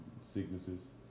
sicknesses